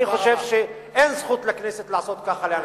אני חושב שאין זכות לכנסת לעשות ככה לאנשים.